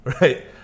right